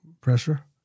pressure